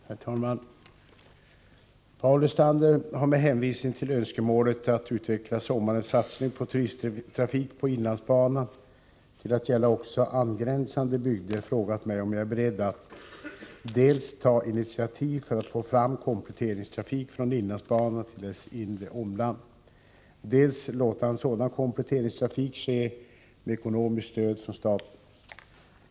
Herr talman! Paul Lestander har med hänvisning till önskemålet om att utveckla sommarens satsning på turisttrafik på inlandsbanan till att gälla också angränsande bygder frågat mig om jag är beredd att dels ta initiativ för att få fram kompletteringstrafik från inlandsbanan till dess inre omland, dels låta en sådan kompletteringstrafik ske med ekonomiskt stöd från staten.